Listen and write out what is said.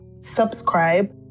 subscribe